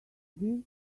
these